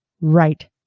right